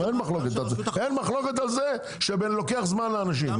אין מחלוקת על זה שלוקח זמן לאנשים,